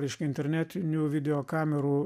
reiškia internetinių videokamerų